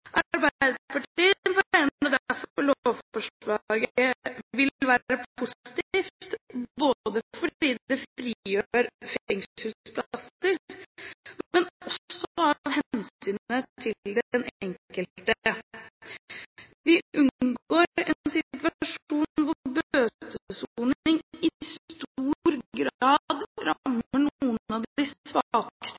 Arbeiderpartiet mener derfor lovforslaget vil være positivt ikke bare fordi det frigjør fengselsplasser, men også av hensyn til den enkelte. Vi unngår en situasjon hvor